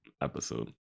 episode